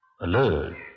Alert